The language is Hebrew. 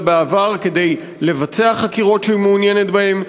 בעבר כדי לבצע חקירות שהיא מעוניינת בהן,